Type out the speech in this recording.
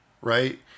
right